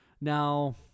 Now